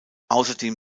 außerdem